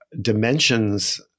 dimensions